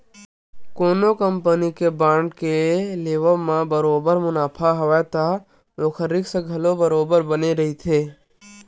कोनो कंपनी के बांड के लेवब म बरोबर मुनाफा हवय त ओखर रिस्क घलो बरोबर बने रहिथे